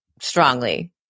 strongly